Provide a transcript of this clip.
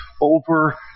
over